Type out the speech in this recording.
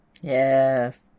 Yes